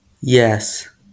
Yes